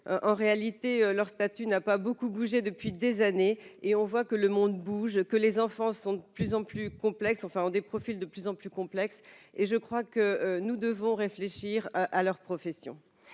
en réalité, leur statut n'a pas beaucoup bougé depuis des années et on voit que le monde bouge, que les enfants sont de plus en plus complexe, enfin, ont des profils de plus en plus complexes et je crois que nous devons réfléchir à leur profession